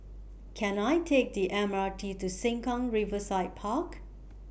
Can I Take The M R T to Sengkang Riverside Park